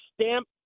stamp